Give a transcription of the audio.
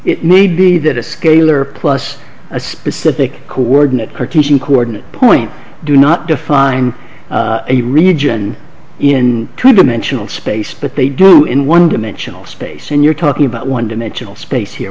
it may be that a scalar plus a specific coordinate cartesian coordinate point do not define a region in two dimensional space but they do in one dimensional space and you're talking about one dimensional space here